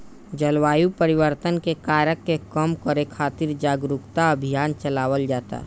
जलवायु परिवर्तन के कारक के कम करे खातिर जारुकता अभियान चलावल जाता